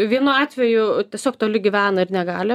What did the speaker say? vienu atveju tiesiog toli gyvena ir negali